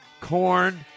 corn